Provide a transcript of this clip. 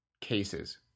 cases